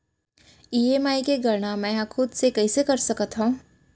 EMI के गड़ना मैं हा खुद से कइसे कर सकत हव?